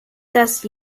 dass